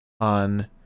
on